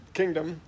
kingdom